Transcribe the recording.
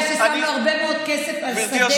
אתה יודע ששמנו הרבה מאוד כסף על שדה,